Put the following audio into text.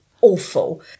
awful